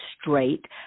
straight